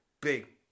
big